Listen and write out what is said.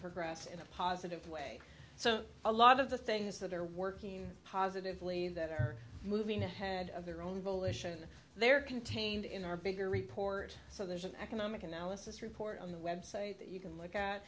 progress in a positive way so a lot of the things that are working positively that are moving ahead of their own volition they're contained in our bigger report so there's an economic analysis report on the website that you can look at